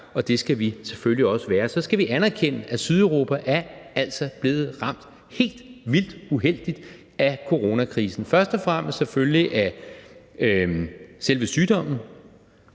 og det skal vi selvfølgelig også være. Så skal vi anerkende, at Sydeuropa altså er blevet ramt helt vildt uheldigt af coronakrisen. Først og fremmest selvfølgelig af selve sygdommen,